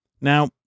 Now